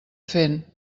fent